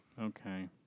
Okay